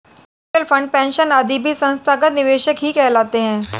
mutual fund, pension आदि भी संस्थागत निवेशक ही कहलाते हैं